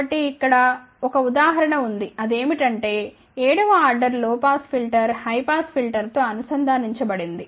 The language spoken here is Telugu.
కాబట్టి ఇక్కడ ఒక ఉదాహరణ ఉంది అది ఏమిటంటే 7 వ ఆర్డర్ లో పాస్ ఫిల్టర్ హై పాస్ ఫిల్టర్తో అనుసంధానించబడింది